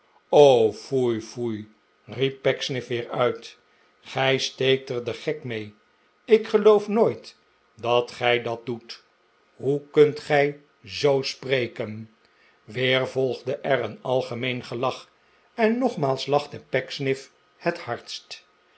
foei foei riep pecksniff weer uit gij steekt er den gek mee ik geloof nooit dat gij dat doet hoe kunt gij zoo spreken weer volgde er een algemeen gelach en nogmaals lachte pecksniff het hardst